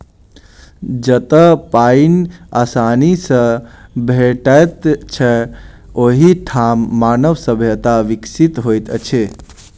जतअ पाइन आसानी सॅ भेटैत छै, ओहि ठाम मानव सभ्यता विकसित होइत अछि